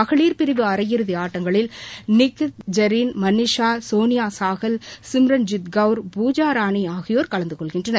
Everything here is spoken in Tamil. மகளிர் பிரவு அரையிறுதிஆட்டங்களில் நிக்கத் ஜரீன் மனிஷா சோனியாசாகல் சிம்ரன்ஜித் கவுர் பூஜா ராணிஅகியோர் கலந்துகொள்கின்றனர்